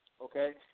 Okay